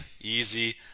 easy